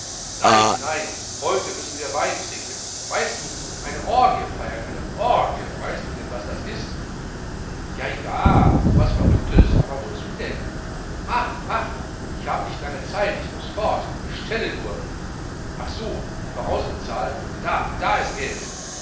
nein nein heute müssen wir wein trinken weißt du eine orgie feiern eine orgie weißt du was das ist ja ja so was verrücktes aber wozu denn mach mach ich habe nicht lange zeit ich muß fort bestelle nur ach so vorausbezahlen da da ist geld